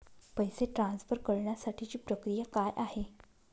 पैसे ट्रान्सफर करण्यासाठीची प्रक्रिया काय आहे?